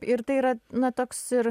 ir tai yra na toks ir